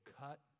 cut